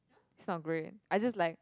it's not great I just like